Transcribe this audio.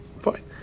Fine